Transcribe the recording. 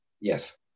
Yes